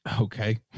Okay